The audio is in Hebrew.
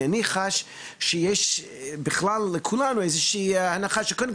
כי אני חש שיש בכלל לכולנו איזו שהיא הנחה של "קודם